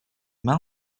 mains